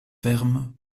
fermes